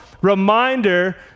reminder